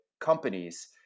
companies